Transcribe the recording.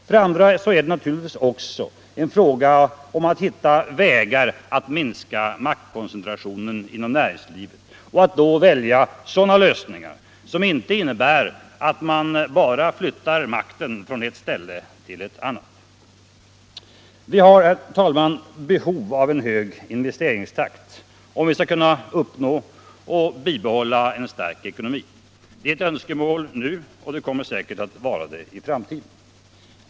För det andra är det naturligtvis också en fråga om att hitta vägar att minska maktkoncentrationen inom näringslivet och att då välja sådana lösningar som inte innebär att man bara flyttar makten från ett ställe till ett annat. Vi har, herr talman, behov av en hög investeringstakt om vi skall kunna uppnå och bibehålla en stark ekonomi. Det är ett önskemål nu och det kommer säkert att vara det i framtiden.